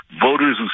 voters